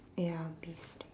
ya beef